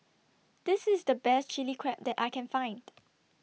This IS The Best Chili Crab that I Can Find